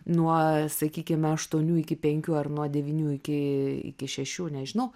nuo sakykim aštuonių iki penkių ar nuo devynių iki iki šešių nežinau